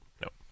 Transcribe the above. Nope